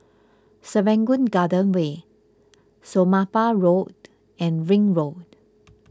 Serangoon Garden Way Somapah Road and Ring Road